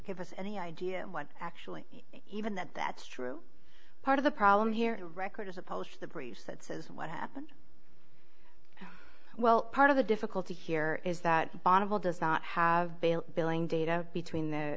give us any idea what actually even that that's true part of the problem here record as opposed to the breeze that says what happened well part of the difficulty here is that bonneville does not have bail billing data between t